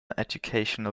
educational